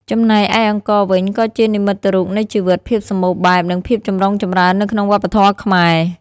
ចំណែកឯអង្ករវិញ ក៏គឺជានិមិត្តរូបនៃជីវិត ភាពសម្បូរបែប និងភាពចម្រុងចម្រើននៅក្នុងវប្បធម៌ខ្មែរ។